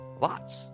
Lots